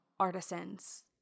artisans